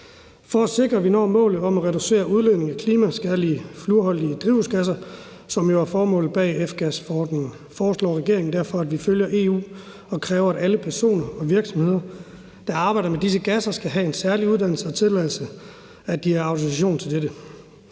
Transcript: For at sikre, at vi når målet om at reducere udledningen af klimaskadelige fluorholdige drivhusgasser, hvilket jo er formålet med F-gasforordningen, foreslår regeringen, at vi følger EU og kræver, at alle personer og virksomheder, der arbejder med disse gasser, skal have en særlig uddannelse og tilladelse til, at de har autorisation til dette.